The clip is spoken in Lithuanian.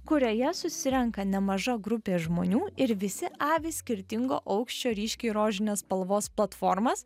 kurioje susirenka nemaža grupė žmonių ir visi avi skirtingo aukščio ryškiai rožinės spalvos platformas